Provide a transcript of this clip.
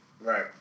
Right